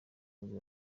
nibwo